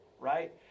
right